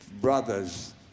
brothers